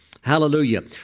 hallelujah